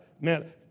Man